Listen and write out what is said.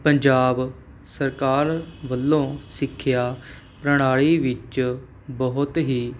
ਪੰਜਾਬ ਸਰਕਾਰ ਵੱਲੋਂ ਸਿੱਖਿਆ ਪ੍ਰਣਾਲੀ ਵਿੱਚ ਬਹੁਤ ਹੀ